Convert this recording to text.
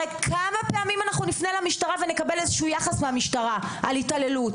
הרי כמה פעמים אנחנו נפנה למשטרה ונקבל איזה יחס מהמשטרה על התעללות?